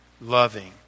loving